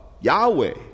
Yahweh